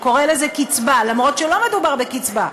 הוא קורא לזה קצבה אף שלא מדובר בקצבה,